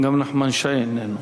גם נחמן שי איננו.